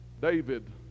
David